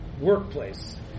workplace